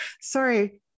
Sorry